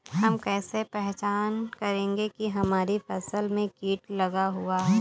हम कैसे पहचान करेंगे की हमारी फसल में कीट लगा हुआ है?